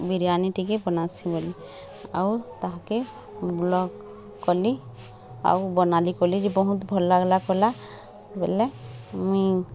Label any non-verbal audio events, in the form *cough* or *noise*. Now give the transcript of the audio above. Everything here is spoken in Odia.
ବିରିୟାନି ଟିକେ ବନାସି ବୋଲି ଆଉ ତାହାକେଁ *unintelligible* ଆଉ ବନାଲି କଲି ଯେ ବହୁତ ଭଲ୍ ଲାଗିଲା କଲା ବେଲେ ମୁଇଁ